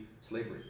slavery